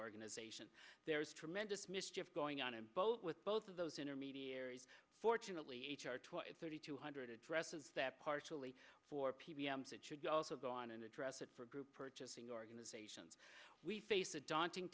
organization there is tremendous mischief going on the boat with both of those intermediaries fortunately h r two hundred thirty two hundred addresses that partially for people that should also go on and address it for group purchasing organizations we face a daunting